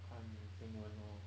看新闻 lor